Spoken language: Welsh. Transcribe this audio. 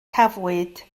cafwyd